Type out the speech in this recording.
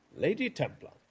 lady templar,